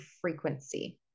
frequency